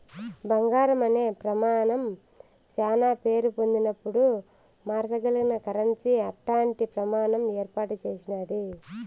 బంగారం అనే ప్రమానం శానా పేరు పొందినపుడు మార్సగలిగిన కరెన్సీ అట్టాంటి ప్రమాణం ఏర్పాటు చేసినాది